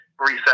reset